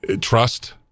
trust